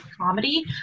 comedy